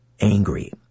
angry